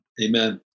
Amen